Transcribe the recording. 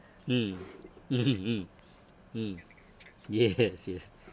mm mm mm yes yes